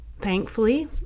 thankfully